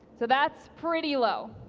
so that's pretty low.